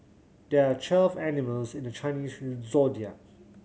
there are twelve animals in the Chinese Zodiac